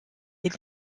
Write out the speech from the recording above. est